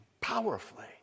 powerfully